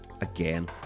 again